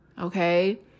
okay